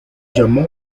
llamó